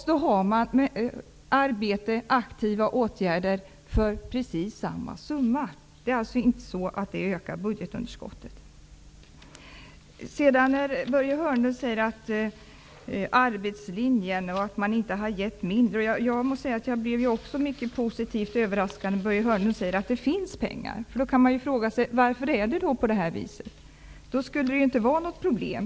Vi kan få arbete och aktiva åtgärder för precis samma summa som läggs ut på ersättning. Förslaget ökar alltså inte budgetunderskottet. Jag blev mycket positivt överraskad när Börje Hörnlund sade att det finns pengar. Man kan då fråga sig varför det är som det är. Om det fanns pengar skulle det inte finnas något problem.